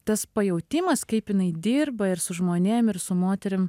tas pajautimas kaip jinai dirba ir su žmonėm ir su moterim